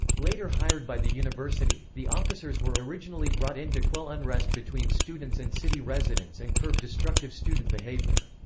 later hired by the university, the officers were originally brought in to quell unrest between students and city residents and curb destructive student behavior.